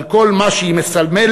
על כל מה שהיא מסמלת,